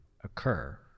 occur